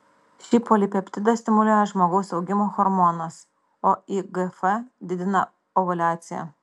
šį polipeptidą stimuliuoja žmogaus augimo hormonas o igf didina ovuliaciją